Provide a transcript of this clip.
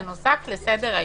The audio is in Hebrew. הצו הזה נוסף לסדר-היום